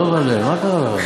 דבל'ה, מה קרה?